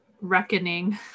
Reckoning